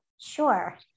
Sure